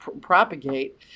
propagate